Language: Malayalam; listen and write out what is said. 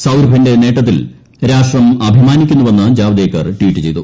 സ്ഹുരഭിന്റെ നേട്ടത്തിൽ രാഷ്ട്രം അഭിമാനിക്കുന്നുവെന്ന് ജാവ്ദേക്കർ ട്വീറ്റ് ചെയ്തു